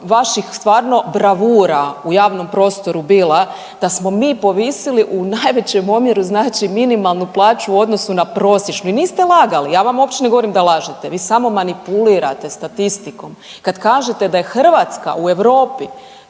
vaših stvarno bravura u javnom prostoru bila da smo mi povisili u najvećem omjeru znači minimalnu plaću u odnosu na prosječnu. I niste lagali, ja vam uopće ne govorim da lažete, vi samo manipulirate statistikom. Kad kažete da je Hrvatska u Europi